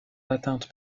atteinte